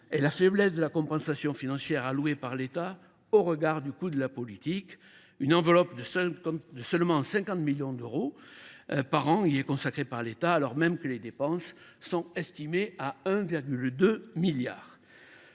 est la faiblesse de la compensation financière allouée par l’État au regard du coût de la politique. Une enveloppe de seulement 50 millions d’euros par an y est consacrée, alors même que le montant des dépenses est estimé à 1,2 milliard